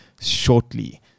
shortly